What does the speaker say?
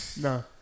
No